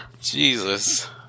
Jesus